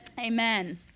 Amen